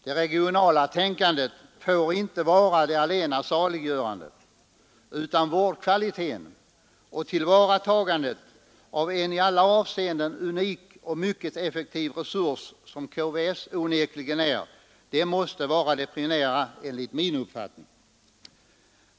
Det regionala tänkandet får inte vara det allena saliggörande, utan vårdkvalite ten och tillvaratagandet av en i alla avseenden unik och mycket effektiv resurs — som KVS onekligen är — måste enligt min uppfattning vara det primära.